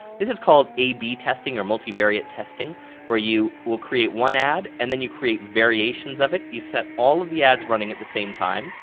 this is called ab testing or multi-variat testing where you will create one ad, and then you create variations of it. you set all of the ads running at the same time.